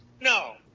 No